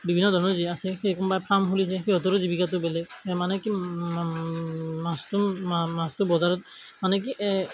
বিভিন্ন ধৰণৰ যে আছে সেই কোনোবাই ফাৰ্ম খুলিছে সিহঁতৰো জীৱিকাটো বেলেগ মানে কি মাছটো মাছটো বজাৰত মানে কি এই